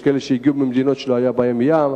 יש כאלה שהגיעו ממדינות שלא היה בהן ים,